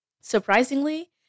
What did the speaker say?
Surprisingly